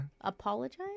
Apologize